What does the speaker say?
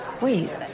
Wait